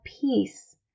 peace